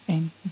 and